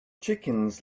chickens